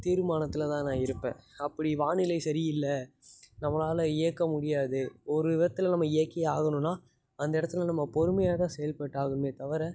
தீர்மானத்தில் தான் நான் இருப்பேன் அப்படி வானிலை சரியில்லை நம்மளால் இயக்க முடியாது ஒரு விதத்தில் நம்ம இயக்கி ஆகணுன்னா அந்த இடத்துல நம்ம பொறுமையாக தான் செயல்பட்டாகணுமே தவிர